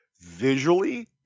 visually